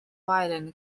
violin